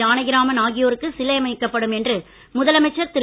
ஜானகிராமன் ஆகியோருக்கு சிலை அமைக்கப்படும் என்று முதலமைச்சர் திரு